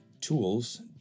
tools